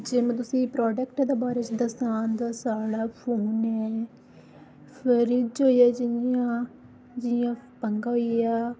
जि'यां में तुसेंगी मतलब प्रोडक्ट दे बारे च दस्सां ते साढ़ै फोन ऐ फ्रिज़ होई गेआ जियां जियां पंखा होई गेआ